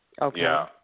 Okay